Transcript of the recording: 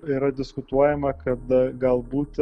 yra diskutuojama kada galbūt